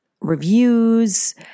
reviews